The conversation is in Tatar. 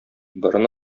борын